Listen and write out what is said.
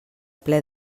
ple